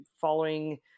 following